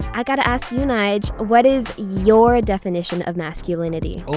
i gotta ask you nyge. what is your definition of masculinity?